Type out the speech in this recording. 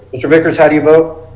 mister vickers how do you vote?